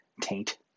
taint